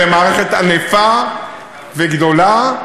זו מערכת ענפה וגדולה,